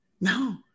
No